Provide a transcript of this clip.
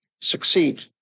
succeed